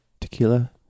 tequila